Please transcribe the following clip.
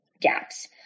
gaps